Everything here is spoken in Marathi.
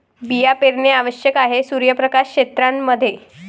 बिया पेरणे आवश्यक आहे सूर्यप्रकाश क्षेत्रां मध्ये